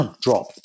drop